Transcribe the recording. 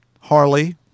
Harley